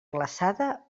glaçada